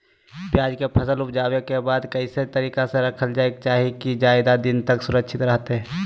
प्याज के फसल ऊपजला के बाद कौन तरीका से रखे के चाही की ज्यादा दिन तक सुरक्षित रहय?